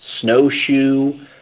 snowshoe